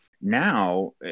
Now